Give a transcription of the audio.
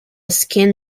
skin